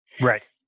Right